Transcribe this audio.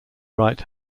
right